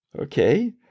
Okay